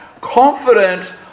Confident